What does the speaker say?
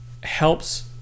helps